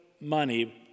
money